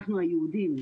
אנחנו היהודים,